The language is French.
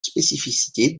spécificités